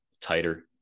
tighter